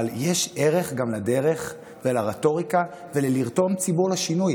אבל יש ערך גם לדרך ולרטוריקה וגם לרתום ציבור לשינוי.